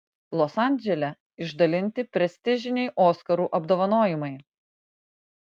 los andžele išdalinti prestižiniai oskarų apdovanojimai